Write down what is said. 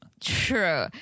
True